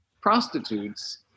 prostitutes